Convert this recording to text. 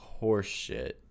horseshit